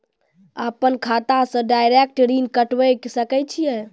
अपन खाता से डायरेक्ट ऋण कटबे सके छियै?